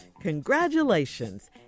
congratulations